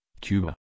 Cuba